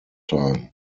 time